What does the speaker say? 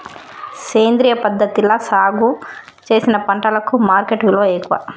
సేంద్రియ పద్ధతిలా సాగు చేసిన పంటలకు మార్కెట్ విలువ ఎక్కువ